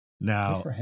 Now